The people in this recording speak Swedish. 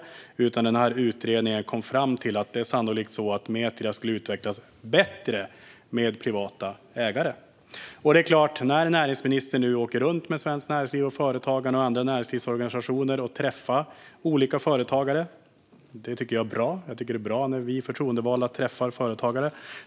Utredningen kom i stället fram till att Metria sannolikt skulle utvecklas bättre med privata ägare. Näringsministern åker nu runt med Svenskt Näringsliv, Företagarna och andra näringslivsorganisationer och träffar olika företagare, och det är bra. Jag tycker att det är bra när vi förtroendevalda träffar företagare.